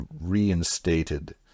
reinstated